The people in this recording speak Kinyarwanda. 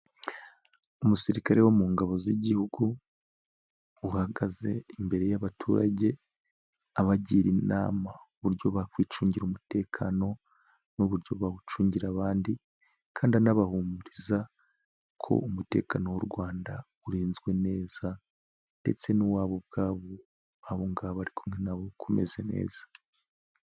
Umusirikare wo mu ngabo z'Igihugu. Uhagaze imbere y'abaturage abagira inama uburyo bwokwicungira umutekano n'uburyo bawucungira abandi kandi anabahumuriza ko umutekano w'u Rwanda urinzwe neza ndetse n'uwabo ubwabo abo ngabo ari kumwe nabo kumeze neza.